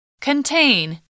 Contain